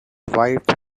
wife